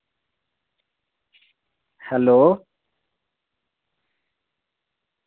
hello